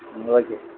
ம் ஓகே